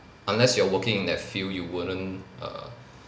unless you are working in that field you wouldn't err